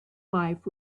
life